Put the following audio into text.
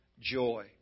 joy